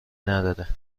نداره